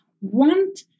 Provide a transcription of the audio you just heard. want